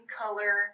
color